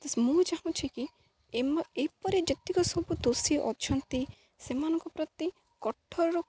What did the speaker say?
ତ ମୁଁ ଚାହୁଁଛି କି ଏ ଏପରି ଯେତିକ ସବୁ ଦୋଷୀ ଅଛନ୍ତି ସେମାନଙ୍କ ପ୍ରତି କଠୋର